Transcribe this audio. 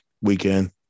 weekend